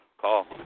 call